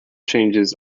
changes